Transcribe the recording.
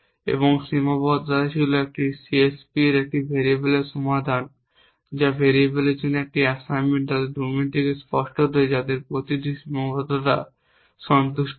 এবং সীমাবদ্ধতা ছিল একটি CSP এর এই ভেরিয়েবলের সমাধান হল প্রতিটি ভেরিয়েবলের জন্য একটি অ্যাসাইনমেন্ট তাদের ডোমেন থেকে স্পষ্টতই যাতে প্রতিটি সীমাবদ্ধতা সন্তুষ্ট হয়